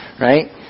right